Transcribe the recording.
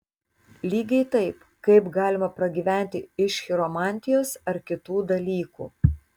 lygiai taip kaip galima pragyventi iš chiromantijos ar kitų dalykų